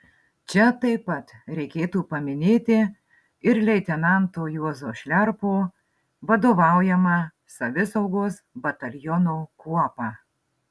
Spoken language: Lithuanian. čia taip pat reikėtų paminėti ir leitenanto juozo šliarpo vadovaujamą savisaugos bataliono kuopą